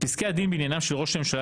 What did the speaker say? בפסקי הדין בענייניו של ראש הממשלה